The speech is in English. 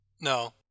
No